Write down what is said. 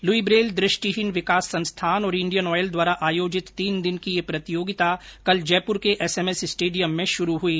Louis Braille दृष्टिहीन विकास संस्थान और इण्डियन ऑयल द्वारा आयोजित तीन दिन की यह प्रतियोगिता कल जयपुर के एसएमएस स्टेडियम में शुरू हुई